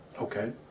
Okay